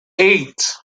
eight